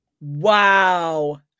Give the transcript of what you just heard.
Wow